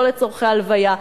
לא לצורכי הלוויה,